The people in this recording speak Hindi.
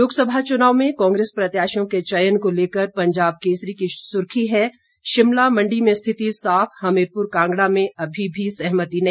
लोकसभा चुनाव में कांग्रेस प्रत्याशियों के चयन को लेकर पंजाब केसरी की सुर्खी है शिमला मंडी में स्थिति साफ हमीरपुर कांगड़ा में अभी भी सहमति नहीं